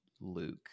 Luke